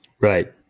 Right